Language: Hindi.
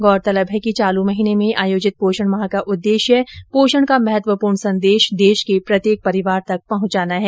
गौरतलब है कि चालू महीने में आयोजित पोषण माह का उद्देश्य पोषण का महत्वपूर्ण संदेश देश के प्रत्येक परिवार तक पहुंचाना है